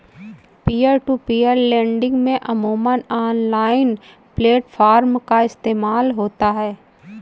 peer to peer lending में अमूमन online platform का इस्तेमाल होता है